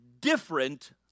different